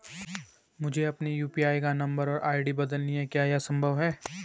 मुझे अपने यु.पी.आई का नम्बर और आई.डी बदलनी है क्या यह संभव है?